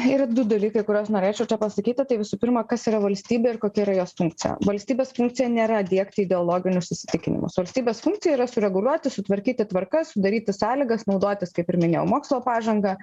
yra du dalykai kuriuos norėčiau čia pasakyti tai visų pirma kas yra valstybė ir kokia yra jos funkcija valstybės funkcija nėra diegti ideologinius įsitikimus valstybės funkcija yra sureguliuoti sutvarkyti tvarkas sudaryti sąlygas naudotis kaip ir minėjau mokslo pažanga